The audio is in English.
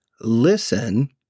listen